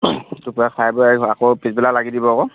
দুপৰীয়া খাই বৈ আকৌ পিছবেলা লাগি দিব আকৌ